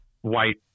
white